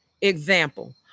example